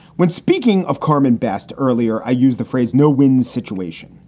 when speaking of carmen best earlier, i use the phrase no win situation.